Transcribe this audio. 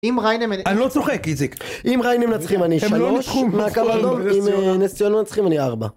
אם ריינה מנצחים אני 3 מהקו אדום, אם נס ציונה מנצחים אני 4